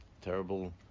terrible